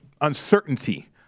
uncertainty